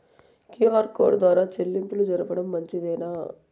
QR code ద్వారా చెల్లింపులు జరపడం మంచిదేనా?